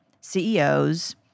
CEOs